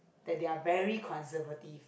that they are very conservative